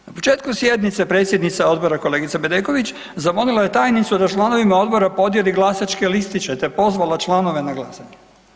Na početku sjednice predsjednica odbora kolegica Bedeković zamolila je tajnicu da članovima odbora podijeli glasačke listiće, te pozvala članove na glasanje.